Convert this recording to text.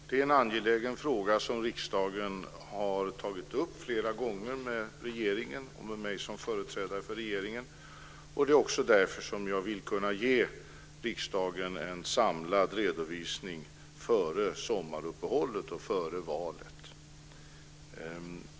Fru talman! Det är en angelägen fråga som riksdagen har tagit upp med mig som företrädare för regeringen. Det är också därför som jag vill kunna ge riksdagen en samlad redovisning före sommaruppehållet och före valet.